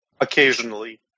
occasionally